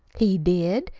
he did.